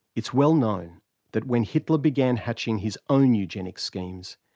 it's well known that, when hitler began hatching his own eugenic schemes,